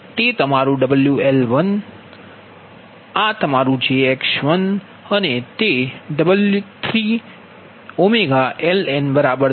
તેથી તે તમારું L1અને આ તમારું jX1 છે અને તે 3ωLn3 Xn છે